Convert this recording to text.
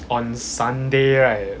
on sunday right